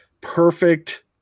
perfect